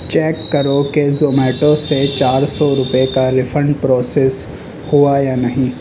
check کرو کہ Zomato سے چار سو روپے کا ریفنڈ پروسیس ہوا یا نہیں